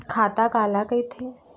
खाता काला कहिथे?